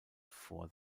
vor